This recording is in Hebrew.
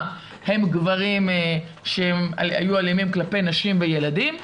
הם גברים שהיו אלימים כלפי נשים וילדים,